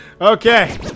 Okay